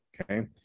Okay